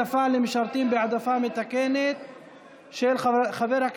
בעד טרור?